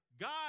God